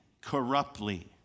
corruptly